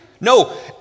No